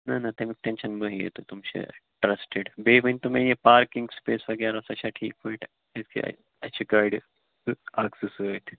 نہ نہ تَمیُک ٹٮ۪نشَن مہ ہیِیو تُہۍ تم چھِ ٹرٛسٹِڈ بیٚیہِ ؤنۍ تو مےٚ یہِ پارکِنٛگ سپیس وغیرہ سۄ چھا ٹھیٖک پٲٹھۍ کیازِ کہِ اَسہِ چھِ گاڑِ اکھ زٕ سۭتۍ